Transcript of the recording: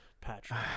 Patrick